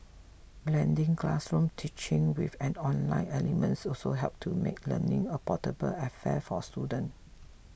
blending classroom teaching with an online elements also helps to make learning a portable affair for students